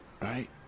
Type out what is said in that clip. right